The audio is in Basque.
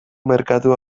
merkatua